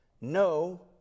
No